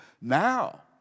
Now